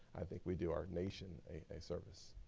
i think we do our nation a service.